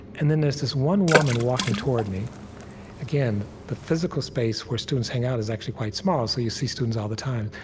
and then, there's this one woman walking toward me again, the physical space where students hang out is actually quite small, so you see students all the time.